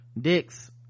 dicks